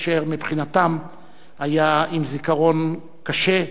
אשר מבחינתם היה עם זיכרון קשה,